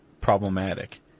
problematic